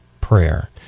prayer